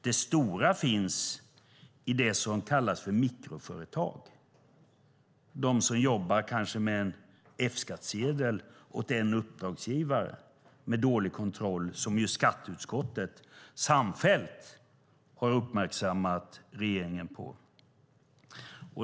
Det stora fusket finns i det som kallas mikroföretag, de som kanske jobbar med en F-skattsedel åt en uppdragsgivare med dålig kontroll, som man i skatteutskottet samfällt har uppmärksammat regeringen på.